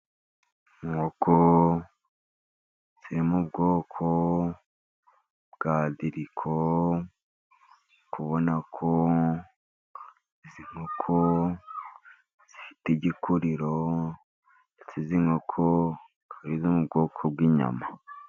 Inkoko ziri mu bwoko bwa deriko, uri kubona ko izi nkoko zifite igikuriro, inkoko ziri mu bwoko bw'inyama.